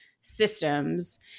systems